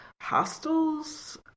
Hostels